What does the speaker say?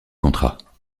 contrat